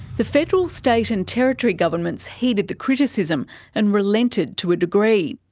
the federal, state and territory governments heeded the criticism and relented to a degree.